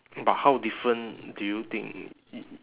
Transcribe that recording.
but how different do you think y~